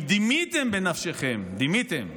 כי דימיתם בנפשכם" "דימיתם",